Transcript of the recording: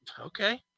Okay